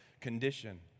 condition